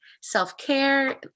self-care